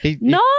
No